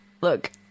look